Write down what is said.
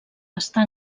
està